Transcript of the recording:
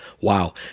Wow